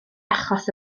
achos